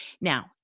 Now